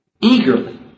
eagerly